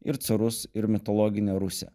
ir carus ir mitologinę rusią